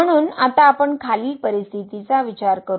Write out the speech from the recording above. म्हणून आता आपण खालील परिस्थितीचा विचार करू